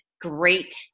great